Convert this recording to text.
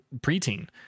preteen